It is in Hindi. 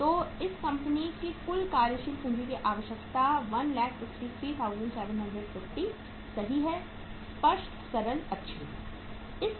तो इस कंपनी की कुल कार्यशील पूंजी की आवश्यकता 153750 सही स्पष्ट सरल अच्छी है